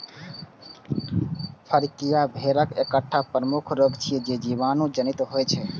फड़कियां भेड़क एकटा प्रमुख रोग छियै, जे जीवाणु जनित होइ छै